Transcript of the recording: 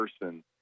person